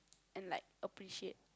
and like appreciate